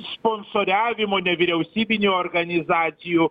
sponsoriavimo nevyriausybinių organizacijų